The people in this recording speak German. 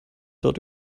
dort